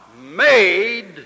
made